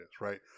right